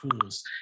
tools